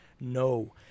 no